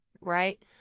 right